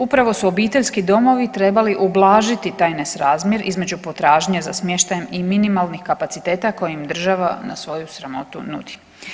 Upravo su obiteljski domovi trebali ublažiti taj nesrazmjer između potražnje za smještajem i minimalnih kapaciteta koje im država na svoju sramotu nudi.